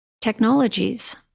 technologies